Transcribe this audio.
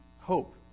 hope